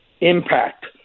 impact